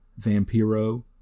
Vampiro